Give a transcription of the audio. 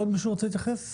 עוד מישהו רוצה להתייחס?